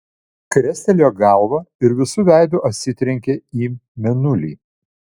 krestelėjo galvą ir visu veidu atsitrenkė į mėnulį